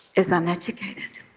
is uneducated,